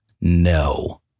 No